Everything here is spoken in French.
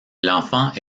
l’enfant